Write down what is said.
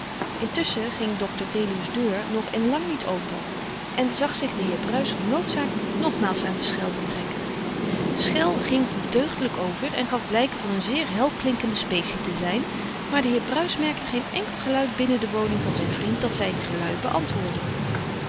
intusschen ging dr deluws deur nog in lang niet open en zag zich de heer bruis genoodzaakt nogmaals aan de schel te trekken de schel ging deugdelijk over en gaf blijken van een zeer helklinkende specie te zijn maar de heer bruis merkte geen enkel geluid binnen de woning van zijn vriend dat zijn gelui beantwoordde